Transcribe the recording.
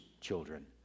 children